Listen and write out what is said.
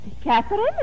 Catherine